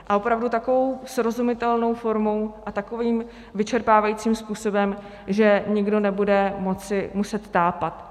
A opravdu takovou srozumitelnou formou a takovým vyčerpávajícím způsobem, že nikdo nebude moci muset tápat.